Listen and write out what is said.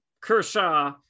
Kershaw